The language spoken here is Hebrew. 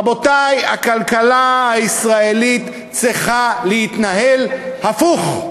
רבותי, הכלכלה הישראלית צריכה להתנהל הפוך,